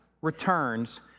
returns